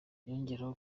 yongeraho